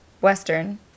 Western